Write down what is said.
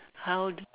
how